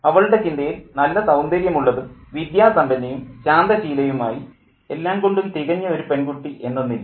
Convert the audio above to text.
അവളുടെ ചിന്തയിൽ നല്ല സൌന്ദര്യമുള്ളതും വിദ്യാസമ്പന്നയും ശാന്തശീലയുമായി എല്ലാം കൊണ്ടും തികഞ്ഞ ഒരു പെൺകുട്ടി എന്നൊന്നില്ല